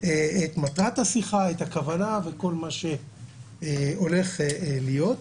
את מטרת השיחה, את הכוונה וכל מה שהולך להיות,